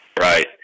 Right